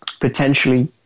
potentially